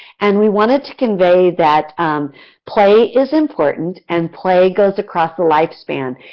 and we wanted to convey that play is important and play goes across a lifespan.